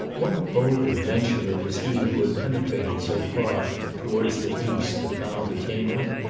what bold adventurer was he who had penetrated so far towards the east to found a kingdom?